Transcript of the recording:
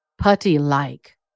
Putty-like